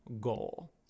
goal